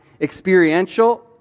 experiential